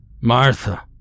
Martha